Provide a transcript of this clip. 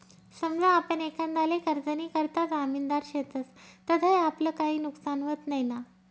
समजा आपण एखांदाले कर्जनीकरता जामिनदार शेतस तधय आपलं काई नुकसान व्हत नैना?